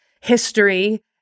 history